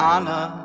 Anna